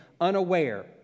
unaware